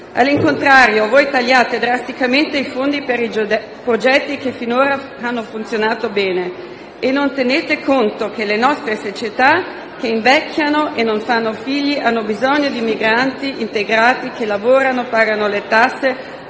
Al contrario, voi tagliate drasticamente i fondi per i progetti che finora hanno funzionato bene e non tenete conto che le nostre società, che invecchiano e non fanno figli, hanno bisogno di migranti integrati, che lavorano, pagano le tasse,